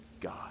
God